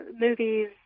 movies